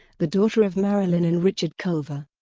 the daughter of marilyn and richard culver.